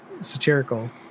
satirical